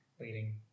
leading